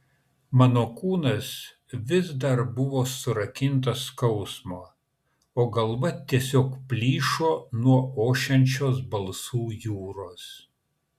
mano kūnas vis dar buvo surakintas skausmo o galva tiesiog plyšo nuo ošiančios balsų jūros